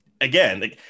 Again